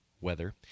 weather